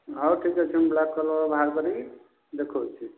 ହଉ ଠିକ୍ ଅଛି ମୁଁ ବ୍ଲାକ୍ କଲର୍ର ବାହାର କରିକି ଦେଖାଉଛି